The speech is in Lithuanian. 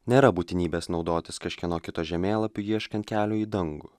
nėra būtinybės naudotis kažkieno kito žemėlapiu ieškant kelio į dangų